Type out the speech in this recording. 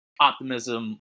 optimism